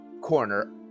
corner